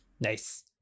Nice